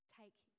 take